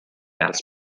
als